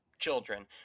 children